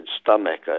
stomach